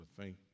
thank